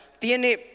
Tiene